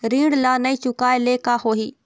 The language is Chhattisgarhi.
ऋण ला नई चुकाए ले का होही?